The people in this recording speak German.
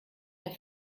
der